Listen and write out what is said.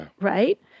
right